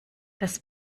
das